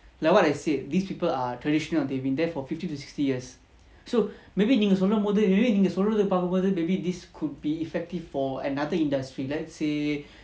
like what I said these people are traditional and they've been there for fifty to sixty years so maybe நீங்கசொல்லும்போதுநீங்கசொல்றதபார்க்கும்போது:neenga sollumpothu neenga solratha parkumpothu maybe this could be effective for another industry let's say